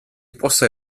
possa